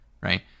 right